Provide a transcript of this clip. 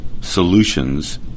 solutions